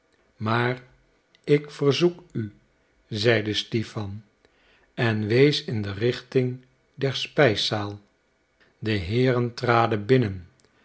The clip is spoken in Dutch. maar ik verzoek u zeide stipan en wees in de richting der spijszaal de heeren traden binnen